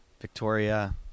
Victoria